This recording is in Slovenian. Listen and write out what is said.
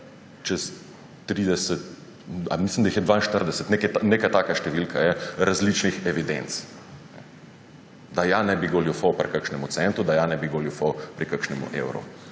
čez 30, ali mislim, da jih je 42, neka takšna številka je, različnih evidenc. Da ja ne bi goljufal pri kakšnem centu, da ja ne bi goljufal pri kakšnem evru.